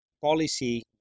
policy